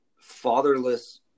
fatherless